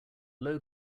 low